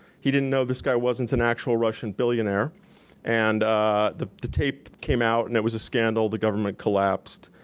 he didn't know this guy wasn't an actual russian billionaire and the the tape came out and it was a scandal, the government collapsed,